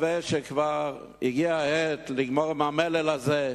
הגיע העת לגמור עם המלל הזה,